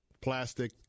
plastic